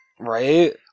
Right